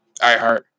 iHeart